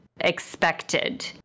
expected